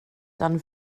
dan